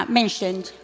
mentioned